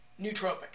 nootropic